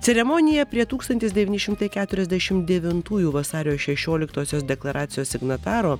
ceremonija prie tūkstantis devyni šimtai keturiasdešimt devintųjų vasario šešioliktosios deklaracijos signataro